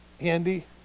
Andy